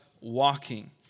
walking